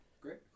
Great